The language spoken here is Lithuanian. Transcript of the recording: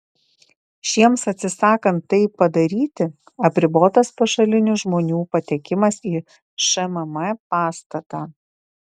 šiems atsisakant tai padaryti apribotas pašalinių žmonių patekimas į šmm pastatą